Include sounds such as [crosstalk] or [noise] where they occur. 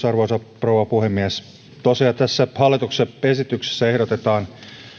[unintelligible] arvoisa rouva puhemies tosiaan tässä hallituksen esityksessä ehdotetaan